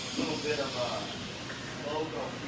little bit of a logo